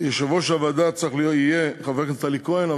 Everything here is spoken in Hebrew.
יושב-ראש הוועדה יהיה חבר הכנסת אלי כהן,